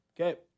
Okay